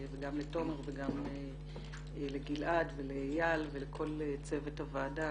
וגם לתומר ולגלעד ולאיל ולכל צוות הוועדה,